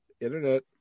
Internet